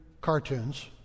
cartoons